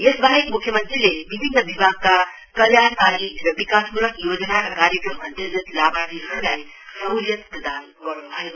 यसवाहेक मुख्य मन्त्रीले विभिन्न विभागका कल्याणकारी र विकासमूलक योजना र कार्यक्रमहरु अन्तर्गत लाभार्थीहरुलाई सहुलियत प्रदान गर्नु भयो